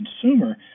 consumer